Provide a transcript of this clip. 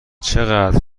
چقدر